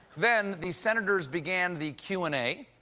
then the senators began the q and a.